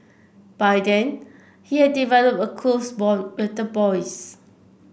by then he had developed a close bond with the boys